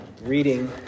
reading